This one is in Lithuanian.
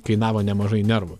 kainavo nemažai nervų